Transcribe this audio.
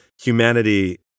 humanity